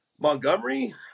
Montgomery